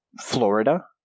Florida